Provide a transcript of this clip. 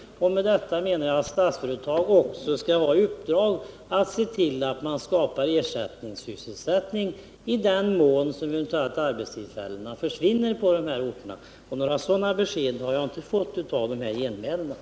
Med detta menar jag att Statsföretag också skall ha i uppdrag att se till att skapa ersättningssysselsättning i den mån arbetstillfällena försvinner på dessa orter. Några sådana besked har jag inte fått i anförandena i dag.